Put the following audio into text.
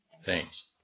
Thanks